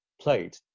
played